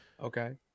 Okay